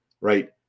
right